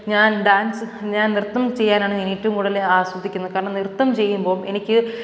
ഞാൻ ഡാൻസ്സ് ഞാൻ നൃത്തം ചെയ്യാനാണ് ഞാൻ ഏറ്റവും കൂടുതൽ ആസ്വദിക്കുന്നത് കാരണം നൃത്തം ചെയ്യുമ്പോൾ എനിക്ക്